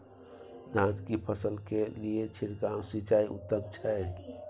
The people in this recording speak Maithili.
धान की फसल के लिये छिरकाव सिंचाई उत्तम छै?